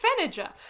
Feniger